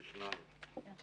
בבקשה.